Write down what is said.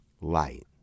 light